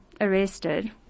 arrested